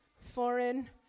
foreign